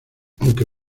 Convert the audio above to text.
aunque